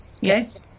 Yes